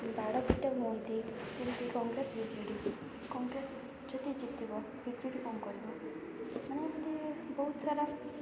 ବାଡ଼ିଆ ପିଟା ହୁଅନ୍ତି ଯେମିତି କଂଗ୍ରେସ ବିଜେଡ଼ି କଂଗ୍ରେସ ଯଦି ଜିତିବ ବିଜେଡ଼ି କ'ଣ କରିବ ମାନେ ଗୋଟେ ବହୁତ ସାରା